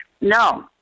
no